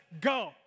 go